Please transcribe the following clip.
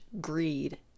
greed